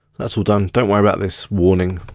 that's all done, don't worry about this warning.